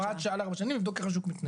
שעה לארבע שנים על מנת לראות איך השוק מתנהל.